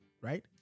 right